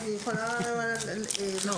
אני יכולה לחזור.